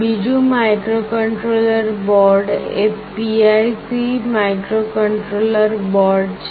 બીજું microcontroller board એ PIC microcontroller board છે